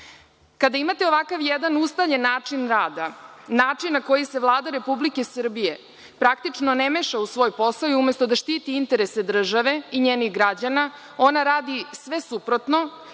imate ovakav jedan ustaljen način rada, način na koji se Vlada Republike Srbije praktično ne meša u svoj posao i umesto da štiti interese države i njenih građana, ona radi sve suprotno,